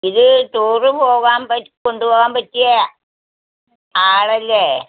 ഇത് ടൂർ പോവാൻ പറ്റ് കൊണ്ടുപോവാൻ പറ്റിയ ആളല്ലേ